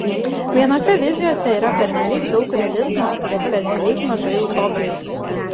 vienose vizijose yra pernelyg daug realizmo bet pernelyg mažai utopijos